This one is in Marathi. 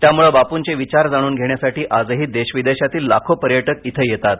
त्यामुळे बापूंचे विचार जाणून घेण्यासाठी आजही देश विदेशातील लाखो पर्यटक येथे येतात